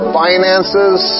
finances